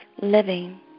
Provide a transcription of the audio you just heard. living